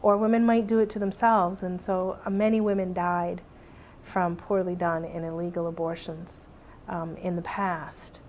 or women might do it to themselves and so many women died from poorly done and illegal abortions in the past